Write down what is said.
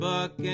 Buck